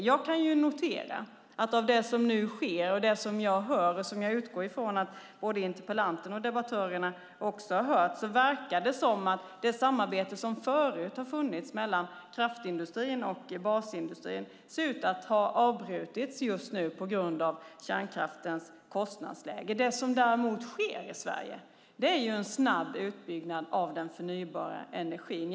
Jag noterar att av det som nu sker, det jag hör, och det jag utgår från att både interpellanten och debattörerna också har hört, verkar det som att det samarbete som förut har funnits mellan kraftindustrin och basindustrin har avbrutits på grund av kostnadsläget i kärnkraften. Det som sker i Sverige är en snabb utbyggnad av den förnybara energin.